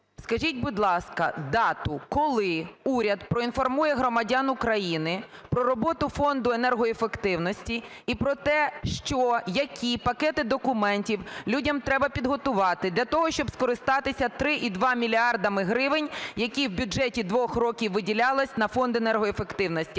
Скажіть, будь ласка, дату, коли уряд проінформує громадян України про роботу Фонду енергоефективності і про те, що які пакети документів людям треба підготувати для того, щоб скористатися 3-а і 2 мільярдами гривень, які в бюджеті двох років виділялося на Фонд енергоефективності,